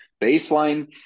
baseline